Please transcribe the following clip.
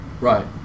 Right